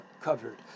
covered